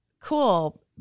cool